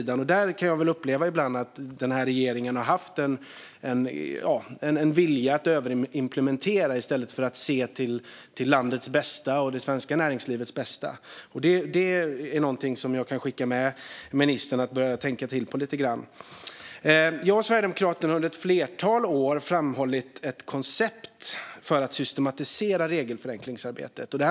Där kan jag ibland uppleva att regeringen har haft en vilja att överimplementera i stället för att se till landets och det svenska näringslivets bästa. Det är någonting som jag kan skicka med ministern att börja tänka till på lite grann. Jag och Sverigedemokraterna har under ett flertal år framhållit ett koncept för att systematisera regelförenklingsarbetet.